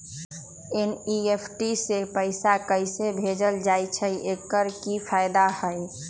NEFT से पैसा कैसे भेजल जाइछइ? एकर की फायदा हई?